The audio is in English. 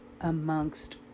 amongst